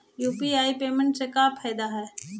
UPI payment से का फायदा है?